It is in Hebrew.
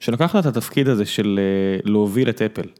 שלקחת את התפקיד הזה של להוביל את אפל.